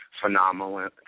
phenomenal